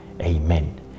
Amen